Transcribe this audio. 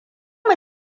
mu